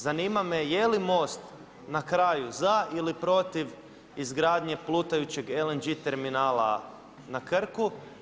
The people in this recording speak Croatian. Zanima da li je MOST na kraju za ili protiv izgradnje plutajućeg LNG terminala na Krku?